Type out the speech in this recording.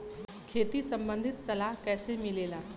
खेती संबंधित सलाह कैसे मिलेला?